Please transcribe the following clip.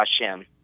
Hashem